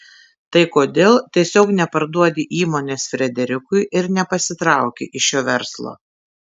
tai kodėl tiesiog neparduodi įmonės frederikui ir nepasitrauki iš šio verslo